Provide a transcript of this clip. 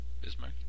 Bismarck